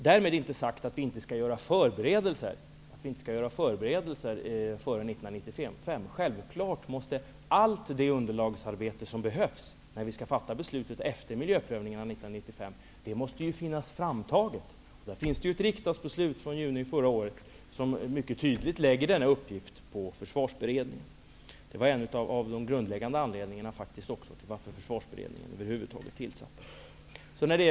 Därmed inte sagt att vi inte skall göra några förberedelser före 1995. Självklart måste allt det underlag som behövs när vi skall fatta beslutet efter miljöprövningarna 1995 finnas framtaget. Det finns ett riksdagsbeslut från juni förra året som mycket tydligt lägger denna uppgift på försvarsberedningen. Det var faktiskt en av de grundläggande anledningarna till att försvarsberedningen tillsattes.